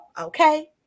okay